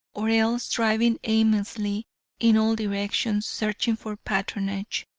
or else driving aimlessly in all directions, searching for patronage.